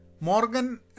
Morgan